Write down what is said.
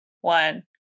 one